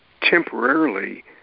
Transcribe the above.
temporarily